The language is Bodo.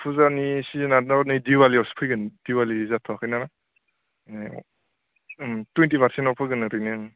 फुजानि सिजोनाथ' नै दिवालियावसो फैगोन दिवालि जाथ'वाखैना टुवेन्टि पारसेन्ट अफ होगोन ओरैनो ओं